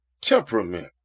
temperament